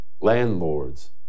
landlords